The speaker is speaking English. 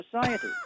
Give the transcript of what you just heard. society